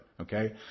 Okay